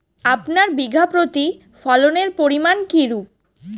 আপনার বিঘা প্রতি ফলনের পরিমান কীরূপ?